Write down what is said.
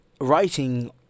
writing